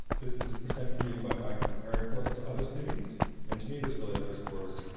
this is percent commuting by bike comparing portland to other cities and to me this really underscores,